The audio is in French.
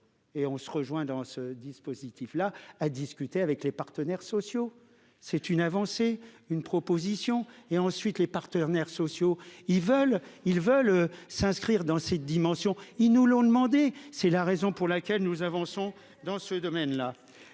Et on se rejoint dans ce dispositif-là à discuter avec les partenaires sociaux. C'est une avancée, une proposition et ensuite les partenaires sociaux. Ils veulent ils veulent s'inscrire dans ses dimensions, ils nous l'ont demandé. C'est la raison pour laquelle nous avançons dans ce domaine-là